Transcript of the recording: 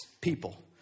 people